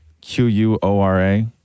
Q-U-O-R-A